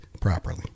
properly